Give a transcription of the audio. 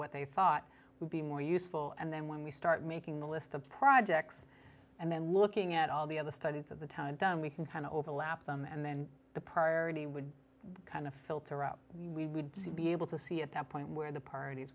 what they thought would be more useful and then when we start making a list of projects and then looking at all the other studies of the time and then we can kind of overlap them and then the priority would kind of filter out we would be able to see at that point where the parties